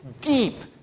deep